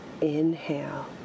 Inhale